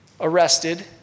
arrested